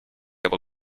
able